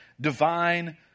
divine